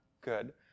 good